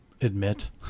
admit